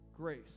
grace